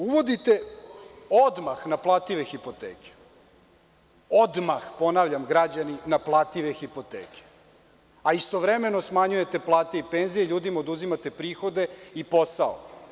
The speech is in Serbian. Uvodite odmah naplative hipoteke, odmah, ponavljam, građani, naplative hipoteke, a istovremeno smanjujete plate i penzije, ljudima oduzimate prihode i posao.